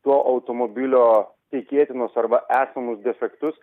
to automobilio tikėtinus arba esamus defektus